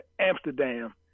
Amsterdam